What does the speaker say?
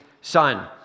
son